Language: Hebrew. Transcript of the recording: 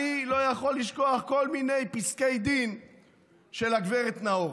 אני לא יכול לשכוח כל מיני פסקי דין של גב' נאור.